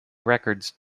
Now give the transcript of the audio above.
records